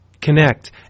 connect